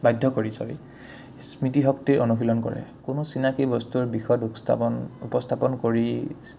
বাধ্য কৰি চৰি স্মৃতিশক্তিৰ অনুশীলন কৰে কোনো চিনাকি বস্তুৰ বিষদাপন উপস্থাপন কৰি